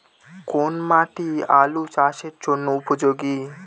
কোন মাটি আলু চাষের জন্যে উপযোগী?